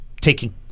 Taking